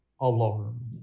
alarm